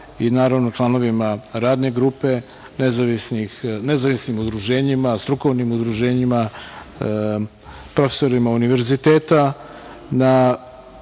i naravno članovima Radne grupe, nezavisnim udruženjima, strukovnim udruženjima, profesorima univerziteta